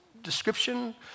description